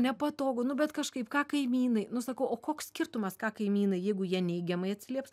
nepatogu nu bet kažkaip ką kaimynai nu sakau o koks skirtumas ką kaimynai jeigu jie neigiamai atsilieps